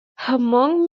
hmong